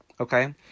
Okay